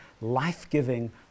life-giving